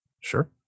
Sure